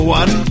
one